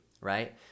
right